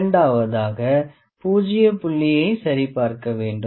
இரண்டாவதாக பூஜ்ஜிய புள்ளியை சரிபார்க்க வேண்டும்